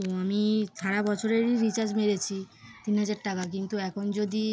তো আমি সারা বছরেরই রিচার্জ মেরেছি তিন হাজার টাকা কিন্তু এখন যদি